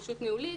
גמישות ניהולית,